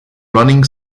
running